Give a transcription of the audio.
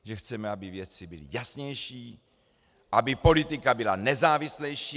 Že chceme, aby věci byly jasnější, aby politika byla nezávislejší.